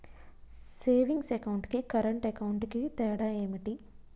Savings account కి current account కి తేడా ఏమిటి?